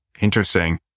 interesting